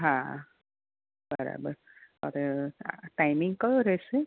હા બરાબર હવે ટાઇમિંગ કયો રહેશેે